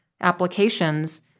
applications